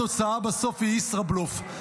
התוצאה בסוף היא ישראבלוף,